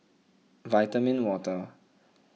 Vitamin Water